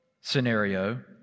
scenario